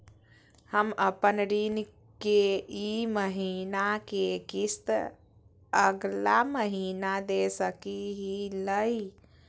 हम अपन ऋण के ई महीना के किस्त अगला महीना दे सकी हियई?